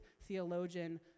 theologian